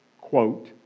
quote